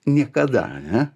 niekada ane